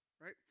right